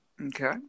Okay